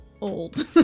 old